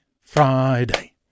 Friday